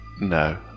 No